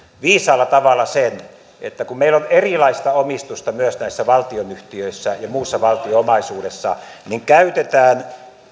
viisaalla tavalla sen että kun meillä on erilaista omistusta myös näissä valtionyhtiöissä ja muussa valtion omaisuudessa niin käytetään